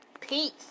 Peace